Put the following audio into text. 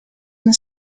and